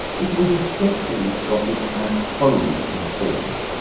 it was essentially scottish and wholly important.